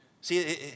See